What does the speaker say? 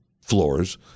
floors